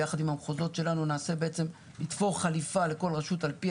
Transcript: ביחד עם המחוזות שלנו נתפור חליפה לכל רשות על פי